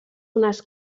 unes